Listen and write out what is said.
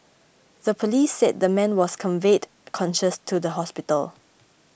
the police said the man was conveyed conscious to hospital